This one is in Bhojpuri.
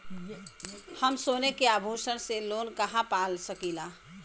हम सोने के आभूषण से लोन कहा पा सकीला?